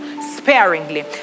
sparingly